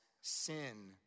sin